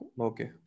Okay